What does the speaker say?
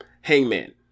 Hangman